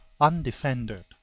undefended